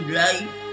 light